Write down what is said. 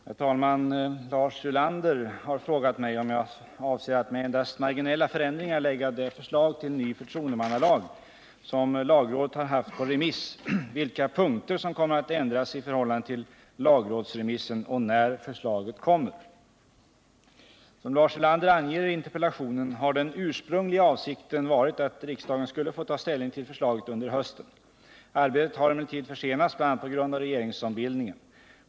Herr talman! Lars Ulander har frågat mig om jag avser att med endast marginella förändringar lägga det förslag till ny förtroendemannalag som lagrådet har haft på remiss, vilka punkter som kommer att ändras i förhållande till lagrådsremissen och när förslaget kommer. Som Lars Ulander anger i interpellationen har den ursprungliga avsikten varit att riksdagen skulle få ta ställning till förslaget under hösten. Arbetet har emellertid försenats bl.a. på grund av regeringsombildningen.